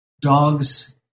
dogs